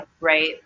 right